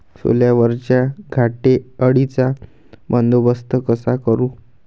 सोल्यावरच्या घाटे अळीचा बंदोबस्त कसा करू?